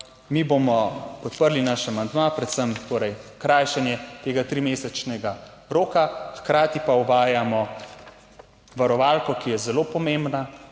mi bomo podprli naš amandma, predvsem torej krajšanje tega trimesečnega roka, hkrati pa uvajamo varovalko, ki je zelo pomembna,